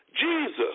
Jesus